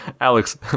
alex